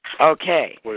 okay